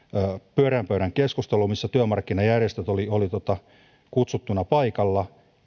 pyöreän pöydän keskustelu missä työmarkkinajärjestöt olivat kutsuttuina paikalla